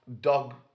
dog